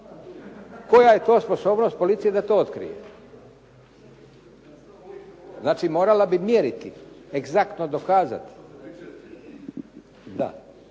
Koja je to sposobnost policije da to otkrije? Znači morala bi mjeriti, egzaktno dokazati.